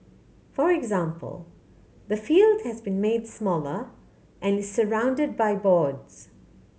for example the field has been made smaller and is surrounded by boards